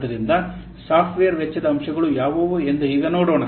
ಆದ್ದರಿಂದ ಸಾಫ್ಟ್ವೇರ್ ವೆಚ್ಚದ ಅಂಶಗಳು ಯಾವುವು ಎಂದು ಈಗ ನೋಡೋಣ